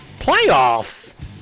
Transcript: playoffs